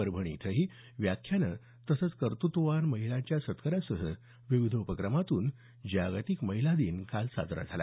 परभणी इथंही व्याख्यानं तसंच कर्तृत्ववान महिलांच्या सत्कारासह विविध उपक्रमांतून महिला दिन काल साजरा झाला